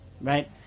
right